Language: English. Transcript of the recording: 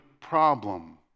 problem